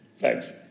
thanks